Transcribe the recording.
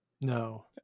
No